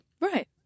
Right